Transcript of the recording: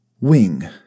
Wing